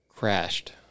Crashed